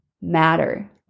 matter